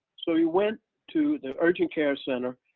so he went to the urgent care center.